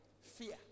fear